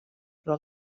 però